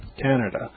Canada